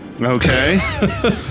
Okay